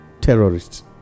terrorists